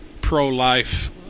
pro-life